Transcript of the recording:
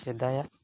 ᱥᱮᱫᱟᱭᱟᱜ